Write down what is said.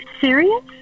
serious